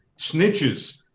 snitches